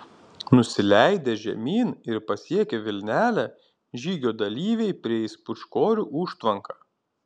nusileidę žemyn ir pasiekę vilnelę žygio dalyviai prieis pūčkorių užtvanką